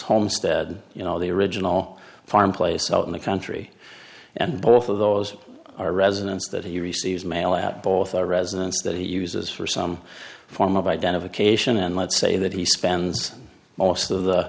homestead you know the original farm place out in the country and both of those are residents that he receives mail at both a residence that he uses for some form of identification and let's say that he spends most of the